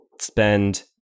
spend